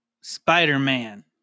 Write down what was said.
spider-man